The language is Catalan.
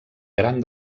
gran